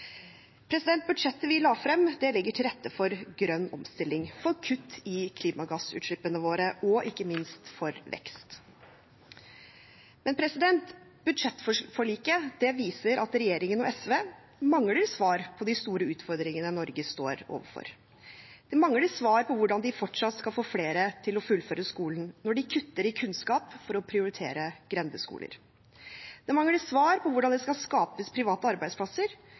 Budsjettet vi la frem, legger til rette for grønn omstilling, for kutt i klimagassutslippene våre og ikke minst for vekst. Men budsjettforliket viser at regjeringen og SV mangler svar på de store utfordringene Norge står overfor. De mangler svar på hvordan de fortsatt skal få flere til å fullføre skolen når de kutter i kunnskap for å prioritere grendeskoler. De mangler svar på hvordan det skal skapes private arbeidsplasser